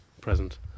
Present